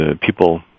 people